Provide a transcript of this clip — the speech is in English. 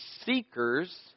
seekers